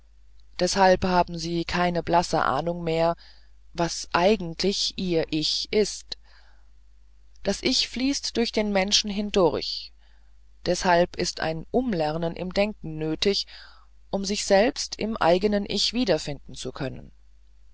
deshalb haben sie keine blasse ahnung mehr was eigentlich ihr ich ist das ich fließt durch den menschen hindurch deshalb ist ein umlernen im denken nötig um sich selbst im eigenen ich wiederfinden zu können